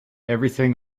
everything